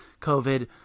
covid